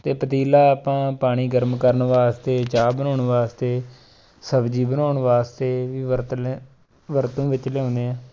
ਅਤੇ ਪਤੀਲਾ ਆਪਾਂ ਪਾਣੀ ਗਰਮ ਕਰਨ ਵਾਸਤੇ ਚਾਹ ਬਣਾਉਣ ਵਾਸਤੇ ਸਬਜ਼ੀ ਬਣਾਉਣ ਵਾਸਤੇ ਵੀ ਵਰਤ ਲੈ ਵਰਤੋਂ ਵਿੱਚ ਲਿਆਉਂਦੇ ਹਾਂ